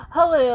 Hello